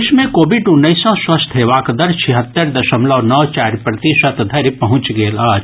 देश मे कोविड उन्नैस सँ स्वस्थ हेबाक दर छिहत्तरि दशमलव नओ चारि प्रतिशत धरि पहुंचि गेल अछि